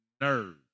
nerves